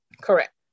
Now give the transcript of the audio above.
Correct